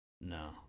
No